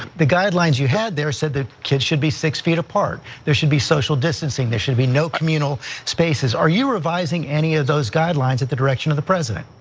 the guidelines you had there said that kids should be six feet apart. there should be social distancing. there should be no communal spaces. are you revising any of those guidelines at the direction of the president?